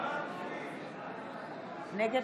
נגד